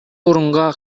орунга